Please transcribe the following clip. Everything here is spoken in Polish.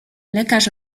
lekarz